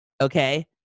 okay